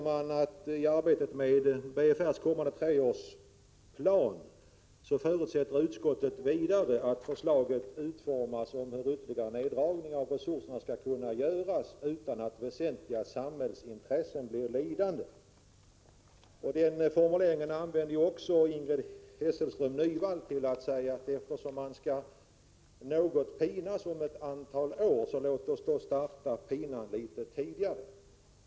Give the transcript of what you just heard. I reservationen sägs: ”I arbetet med BFR:s kommande treårsplan förutsätter utskottet vidare att förslag utformas om hur ytterligare neddragning av resurserna skall kunna göras utan att väsentliga samhällsintressen blir lidande.” Ingrid Hasselström Nyvall använde en liknande formulering. Hon sade: Eftersom man skall pinas om ett antal år, låt oss då starta pinan litet tidigare.